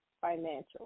financial